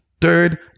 Third